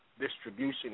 distribution